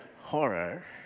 horror